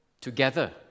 together